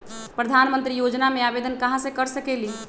प्रधानमंत्री योजना में आवेदन कहा से कर सकेली?